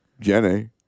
Jenny